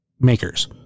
makers